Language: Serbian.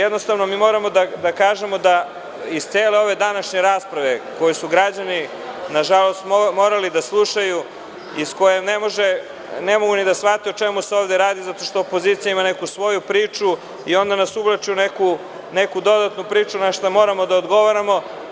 Jednostavno, moramo da kažemo da iz cele ove današnje rasprave koju su građani, nažalost, morali da slušaju iz koje ne mogu ni da shvate o čemu se ovde radi, zato što opozicija ima neku svoju priču i onda nas uvlači i u neku dodatnu priču, na šta moramo da odgovaramo.